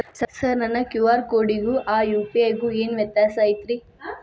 Sir ನನ್ನ QR ಕೊಡಿಗೂ ಆ ಯು.ಪಿ.ಐ ಗೂ ಏನ್ ವ್ಯತ್ಯಾಸ ಐತ್ರಿ?